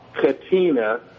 Katina